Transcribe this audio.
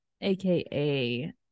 aka